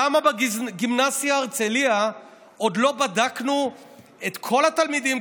למה בגימנסיה הרצליה עוד לא בדקנו את כל התלמידים,